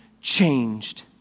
changed